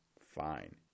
fine